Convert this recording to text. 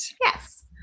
Yes